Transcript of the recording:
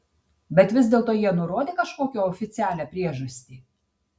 bet vis dėlto jie nurodė kažkokią oficialią priežastį